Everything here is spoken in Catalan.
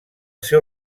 seu